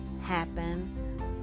happen